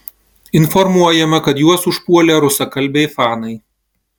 informuojama kad juos užpuolė rusakalbiai fanai